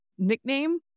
nickname